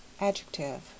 adjective